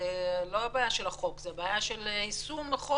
זה לא בעיה של החוק, זה בעיה של יישום החוק.